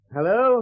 Hello